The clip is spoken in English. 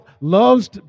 loves